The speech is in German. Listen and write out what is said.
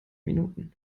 minuten